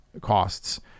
costs